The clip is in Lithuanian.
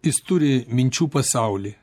jis turi minčių pasaulį